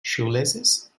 shoelaces